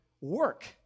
work